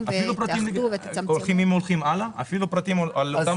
10 במאי 2022. אנחנו מתחילים בהמשך דיון על הצעת